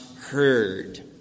heard